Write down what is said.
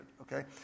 okay